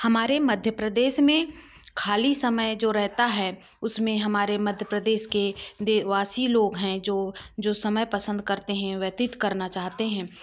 हमारे मध्य प्रदेश में खाली समय में जो रहता है उसमे हमारे मध्य प्रदेश के दे वासी लोग है जो जो समय पसंद करते है व्यतीत करना चाहते हैं